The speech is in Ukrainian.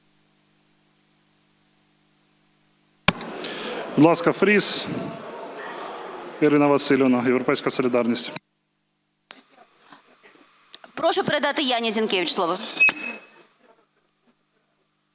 Прошу передати Яні Зінкевич слово.